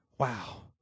Wow